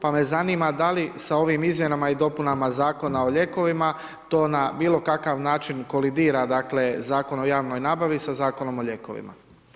Pa me zanima da li sa ovim izmjenama i dopunama Zakona o lijekovima to na bilo kakav način kolidira dakle Zakon o javnoj nabavi sa zakonom o lijekovima.